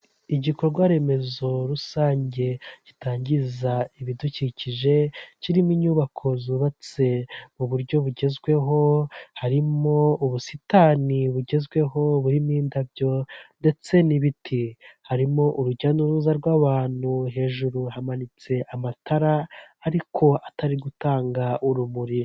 Igikorwa remezo rusange kitangiza ibidukikije, kirimo inyubako zubatse mu buryo bugezweho, harimo ubusitani bugezweho, burimo indabyo ndetse n'ibiti. Harimo urujya n'uruza rw'abantu, hejuru hamanitse amatara, ariko atari gutanga urumuri.